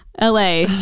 LA